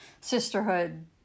sisterhood